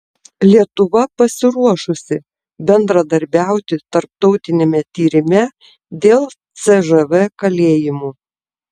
lietuva pasiruošusi bendradarbiauti tarptautiniame tyrime dėl cžv kalėjimų